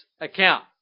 account